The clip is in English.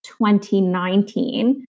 2019